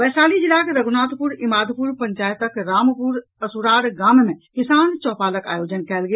वैशाली जिलाक रघुनाथपुर इमादपुर पंचायतक रामपुर असुरार गाम मे किसान चौपालक आयोजन कयल गेल